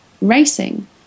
racing